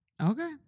Okay